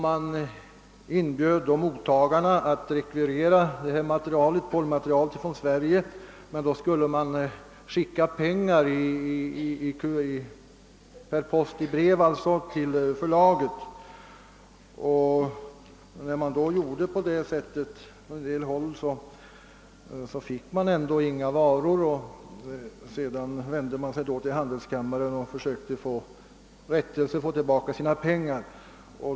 Man inbjöd mottagarna att rekvirera det erbjudna porrmaterialet från Sverige, men då skulle beställaren sända pengar per post till förlaget. När en del beställare skickade in pengar, fick de ändå inga varor, varpå de vände sig till svenska handelskammaren och försökte få tillbaka sina pengar.